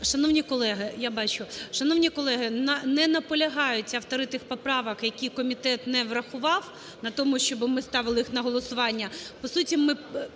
шановні колеги, не наполягають автори тих поправок, які комітет не врахував, на тому, щоб ми ставили їх на голосування.